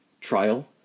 trial